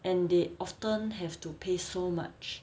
and they often have to pay so much